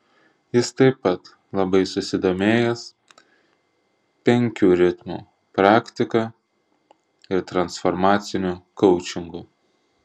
jis taip pat labai susidomėjęs penkių ritmų praktika ir transformaciniu koučingu